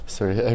Sorry